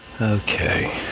Okay